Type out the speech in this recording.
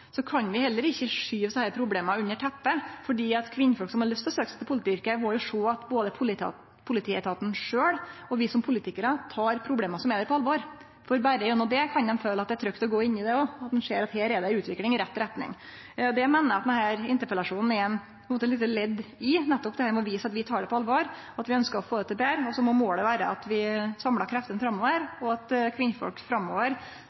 kan vi heller ikkje skyve desse problema under teppet, fordi kvinnfolk som har lyst til å søkje seg til politiyrket, må jo sjå at både politietaten sjølv og vi som politikarar tek problema som er der, på alvor. For berre gjennom det kan dei føle at det er trygt å gå inn i det, når dei ser at her er det ei utvikling i rett retning. Det meiner eg at denne interpellasjonen er eit lite ledd i, nettopp dette med å vise at vi tek det på alvor, at vi ønskjer å få det til betre. Så må målet vere at vi samlar kreftene framover,